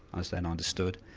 as they're now understood,